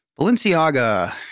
Balenciaga